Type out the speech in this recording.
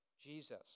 Jesus